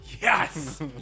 Yes